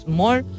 more